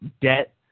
debt